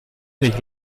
nicht